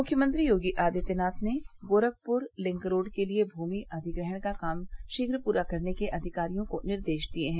मुख्यमंत्री योगी आदित्यनाथ ने Gorakhpur link road के लिए भूमि अधिग्रहण का काम शीघ्र पूरा करने के अधिकारियों को निर्देश दिये हैं